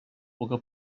puga